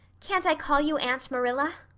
can't i call you aunt marilla?